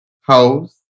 house